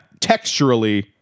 texturally